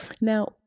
Now